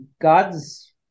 God's